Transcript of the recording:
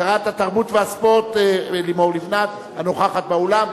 טרומית ותועבר לוועדת העבודה,